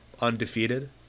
undefeated